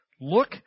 look